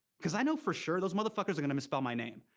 cause i know for sure those motherfuckers are gonna misspell my name.